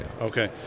Okay